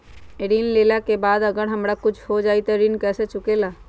ऋण लेला के बाद अगर हमरा कुछ हो जाइ त ऋण कैसे चुकेला?